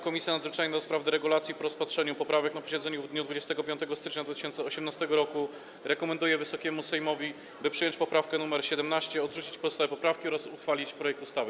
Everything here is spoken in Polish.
Komisja Nadzwyczajna do spraw deregulacji po rozpatrzeniu poprawek na posiedzeniu w dniu 25 stycznia 2018 r. rekomenduje Wysokiemu Sejmowi, by przyjąć poprawkę nr 17, odrzucić pozostałe poprawki oraz uchwalić projekt ustawy.